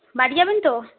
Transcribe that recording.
বাড়ি যাবেন তো